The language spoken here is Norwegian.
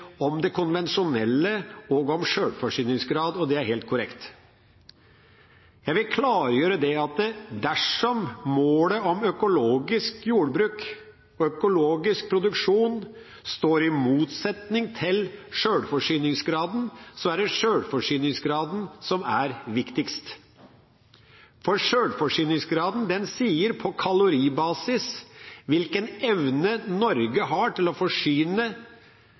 om det konvensjonelle og om sjølforsyningsgrad. Det er helt korrekt. Jeg vil klargjøre at dersom målet om økologisk jordbruk og økologisk produksjon står i motsetning til sjølforsyningsgraden, er det sjølforsyningsgraden som er viktigst, for sjølforsyningsgraden sier på kaloribasis hvilken evne Norge har til å forsyne